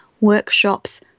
workshops